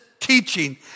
teaching